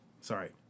Sorry